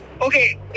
okay